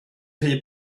rhy